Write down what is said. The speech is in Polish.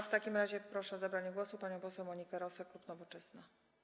W takim razie proszę o zabranie głosu panią poseł Monikę Rosę, klub Nowoczesna.